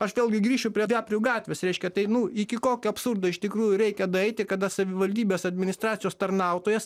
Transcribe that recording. aš vėlgi grįšiu prie veprių gatvės reiškia tai nu iki kokio absurdo iš tikrųjų reikia nueiti kada savivaldybės administracijos tarnautojas